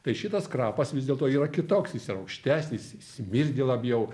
tai šitas krapas vis dėlto yra kitoks jis yra aukštesnis jis smirdi labiau